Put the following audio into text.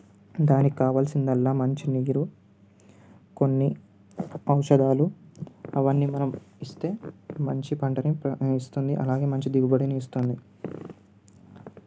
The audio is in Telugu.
దానికి కావాల్సిందల్లా మంచి నీరు కొన్ని ఔషదాలు అవన్నీ మనం ఇస్తే మంచి పంటను ఇస్తుంది అలాగే మంచి దిగుబడిని ఇస్తుంది